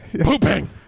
pooping